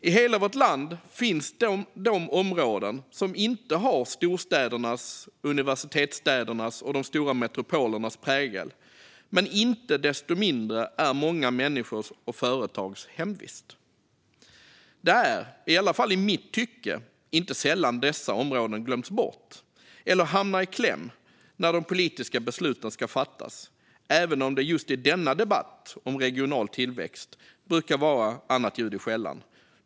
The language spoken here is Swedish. I hela vårt land finns de områden som inte har storstädernas, universitetsstädernas och de stora metropolernas prägel, men inte desto mindre är de många människors och företags hemvist. Det är, i alla fall i mitt tycke, inte sällan som dessa områden glöms bort eller hamnar i kläm när de politiska besluten ska fattas, även om det just i debatter som denna, om regional tillväxt, brukar vara annat ljud i skällan.